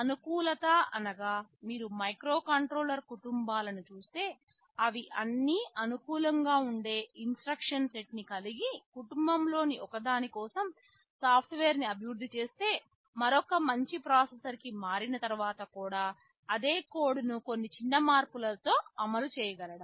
అనుకూలత అనగా మీరు మైక్రో కంట్రోలర్ కుటుంబాలను చూస్తే అవి అన్ని అనుకూలంగా ఉండే ఇన్స్ట్రక్షన్ సెట్ నీ కలిగి కుటుంబంలోని ఒక దాని కోసం సాఫ్ట్వేర్ను అభివృద్ధి చేస్తే మరొక మంచి ప్రాసెసర్ కి మారిన తర్వాత కూడా అదే కోడ్ ను కొన్ని చిన్న మార్పులతో అమలు చేయగలగడం